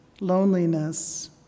loneliness